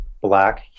black